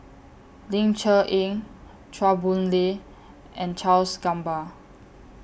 Ling Cher Eng Chua Boon Lay and Charles Gamba